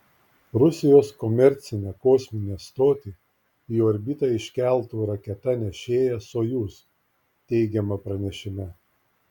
rusijos komercinę kosminę stotį į orbitą iškeltų raketa nešėja sojuz teigiama pranešime